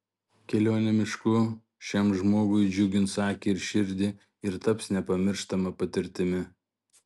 kelionė mišku šiam žmogui džiugins akį ir širdį ir taps nepamirštama patirtimi